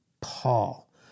Paul